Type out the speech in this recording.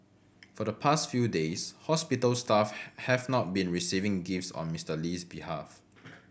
for the past few days hospital staff have not been receiving gifts on Mister Lee's behalf